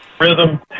rhythm